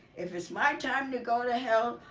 if it's my time to go to hell,